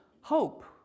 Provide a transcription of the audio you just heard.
hope